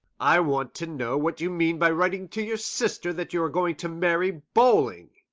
i want to know what you mean by writing to your sister that you are going to marry bowling.